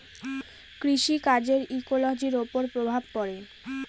কৃষি কাজের ইকোলোজির ওপর প্রভাব পড়ে